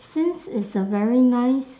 since it's a very nice